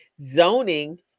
zoning